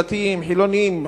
חילונים,